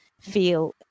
feel